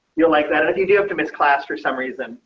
you'll like that. and if you do have to miss class for some reason,